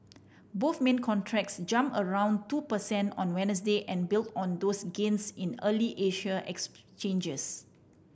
both main contracts jumped around two percent on Wednesday and built on those gains in early Asian exchanges